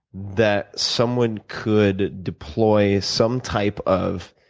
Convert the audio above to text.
that someone could deploy some type of